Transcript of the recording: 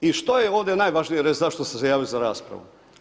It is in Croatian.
I što je ovdje najvažnije reći zašto smo se javili za raspravu?